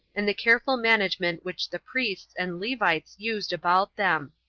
and the careful management which the priests and levites used about them.